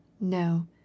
No